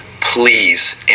please